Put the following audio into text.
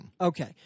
Okay